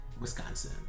Wisconsin